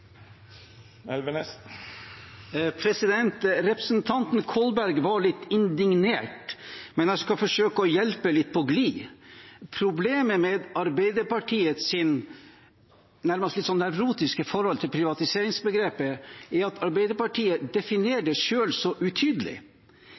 Representanten Kolberg var litt indignert, men jeg skal forsøke å hjelpe ham litt på glid. Problemet med Arbeiderpartiets nærmest litt nevrotiske forhold til privatiseringsbegrepet, er at Arbeiderpartiet definerer